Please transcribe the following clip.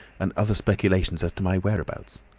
and other speculations as to my whereabouts.